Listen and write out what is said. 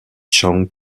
chang